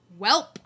Welp